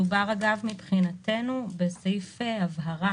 כיום אין מנגנון של גבייה שנעשה על ידי חברות חיצוניות ברשות המיסים,